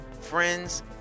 friends